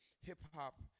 hip-hop